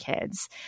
kids